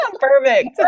perfect